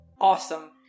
Awesome